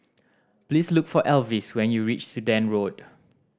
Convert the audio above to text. please look for Elvis when you reach Sudan Road